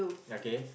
okay